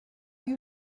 you